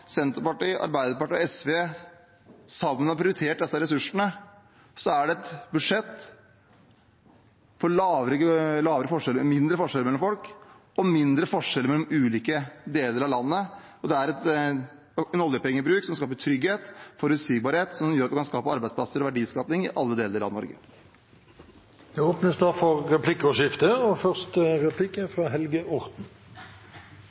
Senterpartiet, Arbeiderpartiet og SV sammen har prioritert disse ressursene, er det et budsjett for mindre forskjeller mellom folk og mindre forskjeller mellom ulike deler av landet. Det er gjort med en oljepengebruk som skaper trygghet, og en forutsigbarhet som gjør at man skaper arbeidsplasser og verdiskaping i alle deler av Norge. Det blir replikkordskifte. En av grunnene til at finansministeren klarer å holde seg med samme oljepengebruk som Solberg-regjeringa, er